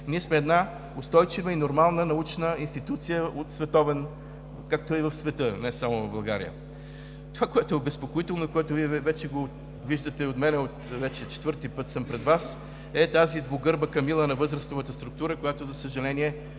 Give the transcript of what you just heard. ние сме една устойчива и нормална научна институция, както е в света, не само в България. Това, което е обезпокоително и което Вие вече го виждате от мен – вече четвърти път съм пред Вас, е тази двугърба камила на възрастовата структура, която, за съжаление,